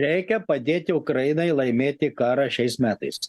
reikia padėti ukrainai laimėti karą šiais metais